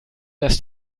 dass